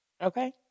Okay